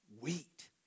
wheat